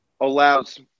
allows